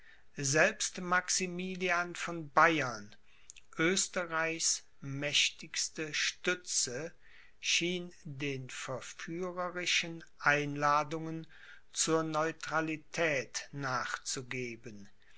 selbst maximilian von bayern oesterreichs mächtigste stütze schien den verführerischen einladungen zur neutralität nachzugeben